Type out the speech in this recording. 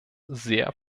sehr